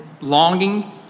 longing